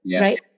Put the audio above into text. right